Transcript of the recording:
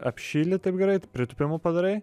apšyli taip gerai pritūpimų padarai